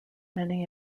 many